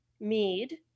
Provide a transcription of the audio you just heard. mead